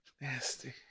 nasty